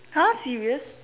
how serious